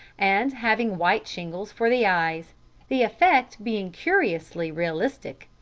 and having white shingles for the eyes the effect being curiously realistic,